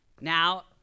now